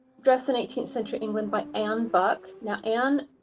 dress in eighteenth century england by anne buck. now, anne